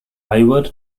ivor